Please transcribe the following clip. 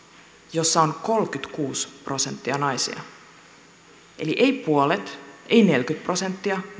jossa on kolmekymmentäkuusi prosenttia naisia eli ei puolet ei neljäkymmentä prosenttia